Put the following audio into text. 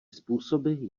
způsoby